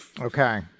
Okay